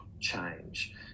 change